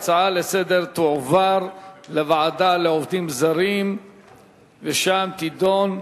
ההצעה לסדר-היום תועבר לוועדה לעובדים זרים ושם תידון.